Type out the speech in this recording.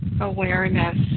awareness